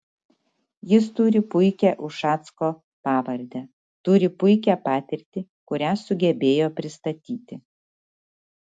jis turi puikią ušacko pavardę turi puikią patirtį kurią sugebėjo pristatyti